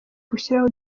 gushyiraho